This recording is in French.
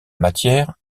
matière